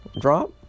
Drop